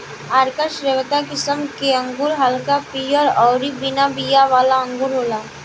आरका श्वेता किस्म के अंगूर हल्का पियर अउरी बिना बिया वाला अंगूर होला